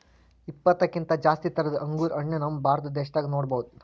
ಇಪ್ಪತ್ತಕ್ಕಿಂತ್ ಜಾಸ್ತಿ ಥರದ್ ಅಂಗುರ್ ಹಣ್ಣ್ ನಮ್ ಭಾರತ ದೇಶದಾಗ್ ನೋಡ್ಬಹುದ್